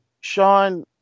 Sean